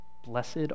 Blessed